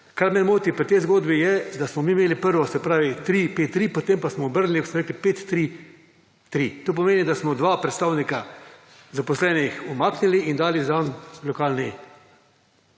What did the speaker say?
Kar me moti pri tej zgodbi je, da smo mi imeli prvo se pravi 353, potem pa smo obrnili in smo rekli 533 to pomeni, da smo dva predstavnika zaposlenih umaknili in dali zraven lokalni